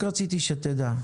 רק רציתי שתדע.